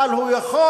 אבל הוא יכול,